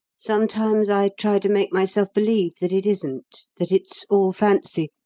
sometimes i try to make myself believe that it isn't, that it's all fancy,